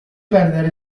perdere